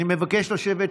אני מבקש לשבת.